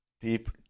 Deep